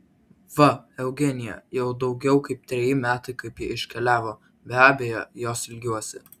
va eugenija jau daugiau kaip treji metai kaip ji iškeliavo be abejo jos ilgiuosi